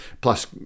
plus